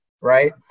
right